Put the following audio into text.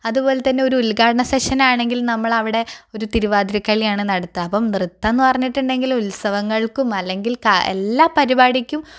അതുപോലെതന്നെ ഒരു ഉദ്ഘാടന സെക്ഷൻ ആണെങ്കിൽ നമ്മള് അവിടെ ഒരു തിരുവാതിര കളി ആണ് നടത്തുക അപ്പം നൃത്തം എന്നുപറഞ്ഞിട്ടുണ്ടെങ്കില് ഉത്സവങ്ങൾക്കും അല്ലങ്കിൽ എല്ലാ പരിപാടിക്കും